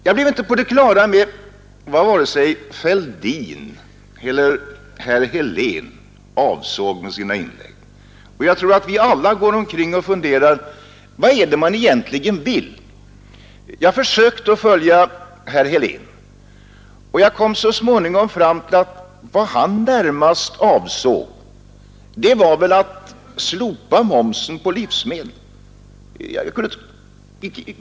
Jag blev inte på det klara med vad vare sig herr Fälldin eller herr Helén avsåg med sina inlägg. Jag tror att vi alla funderar över vad det är man egentligen vill. Jag har försökt följa herr Heléns tankegångar, och jag kom så småningom fram till att vad han närmast avsåg var väl att slopa momsen på livsmedlen.